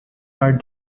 our